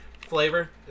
Flavor